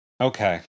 Okay